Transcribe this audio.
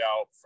out